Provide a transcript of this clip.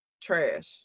trash